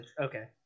Okay